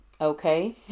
Okay